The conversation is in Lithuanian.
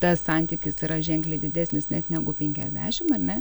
tas santykis yra ženkliai didesnis net negu penkiasdešim ar ne